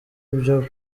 ibyo